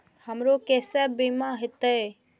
हमरा केसे बीमा होते?